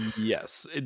yes